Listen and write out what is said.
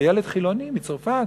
כילד חילוני מצרפת.